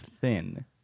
thin